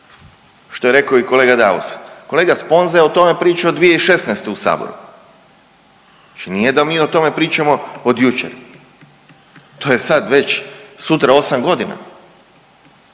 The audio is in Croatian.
što je rekao i kolega Daus. Kolega Sponza je o tome pričao 2016. u Saboru, znači nije da mi o tome pričamo od jučer, to je sad već sutra osam godina